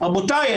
רבותי,